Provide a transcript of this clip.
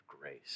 grace